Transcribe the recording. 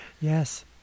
yes